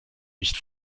nicht